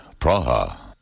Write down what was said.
Praha